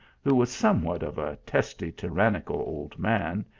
who was somewhat of a testy, tyranni cal old man,